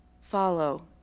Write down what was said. follow